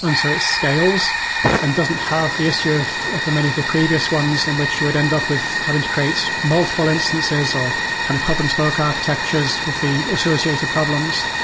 and so it scales and doesn't have the issue of of the many of the previous ones in which you would end up with having to to create multiple instances or kind of hub and spoke architectures with the associated problems.